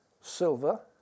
silver